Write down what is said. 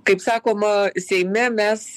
kaip sakoma seime mes